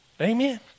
Amen